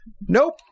Nope